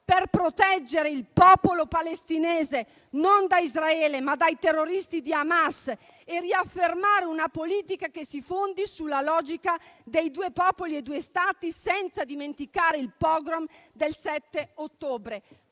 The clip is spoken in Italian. per proteggere il popolo palestinese non da Israele, ma dai terroristi di Hamas, e riaffermare una politica che si fondi sulla logica dei due popoli e due Stati, senza dimenticare il *pogrom* del 7 ottobre.